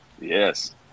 Yes